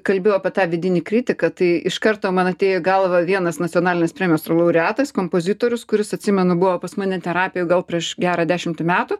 kalbėjau apie tą vidinį kritiką tai iš karto man atėjo galvą vienas nacionalinės premijos laureatas kompozitorius kuris atsimenu buvo pas mane terapijoj gal prieš gerą dešimtį metų